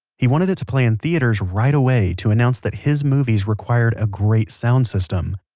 he wanted it to play in theaters right away to announce that his movies required a great sound system.